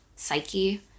Psyche